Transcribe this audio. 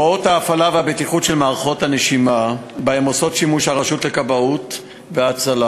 הוראות ההפעלה והבטיחות של מערכות הנשימה שהרשות לכבאות וההצלה